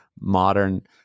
modern